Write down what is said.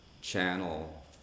channel